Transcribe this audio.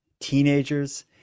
teenagers